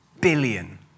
billion